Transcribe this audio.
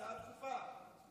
הצעה דחופה.